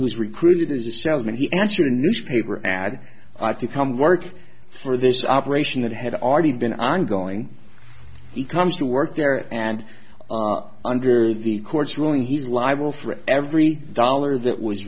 who's recruited as a salesman he answered a newspaper ad to come work for this operation that had already been ongoing he comes to work there and under the court's ruling he's liable for every dollar that was